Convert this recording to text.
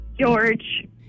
George